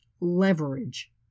leverage